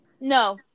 No